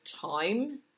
time